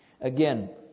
Again